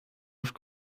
oft